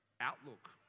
outlook